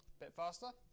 bit faster.